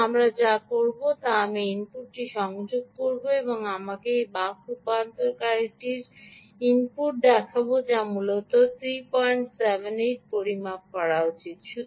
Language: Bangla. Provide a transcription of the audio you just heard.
সুতরাং আমি যা করব তা হল আমি ইনপুটটি সংযুক্ত করব আমি আপনাকে এই বাক রূপান্তরকারীটির ইনপুটটি দেখাব যা মূলত 378 পরিমাপ করা উচিত